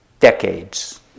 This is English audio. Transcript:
Decades